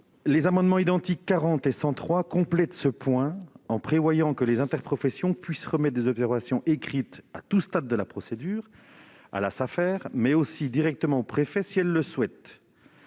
Les amendements identiques n 40 rectifié et 103 visent à prévoir que les interprofessions peuvent remettre des observations écrites à tous les stades de la procédure, à la Safer, mais aussi directement au préfet si elles le souhaitent.